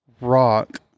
rock